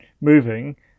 moving